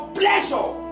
pleasure